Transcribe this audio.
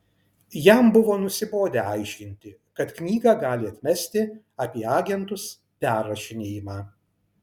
jam buvo nusibodę aiškinti kad knygą gali atmesti apie agentus perrašinėjimą